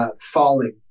falling